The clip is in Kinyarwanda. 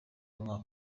nka